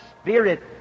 spirit